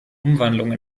umwandlung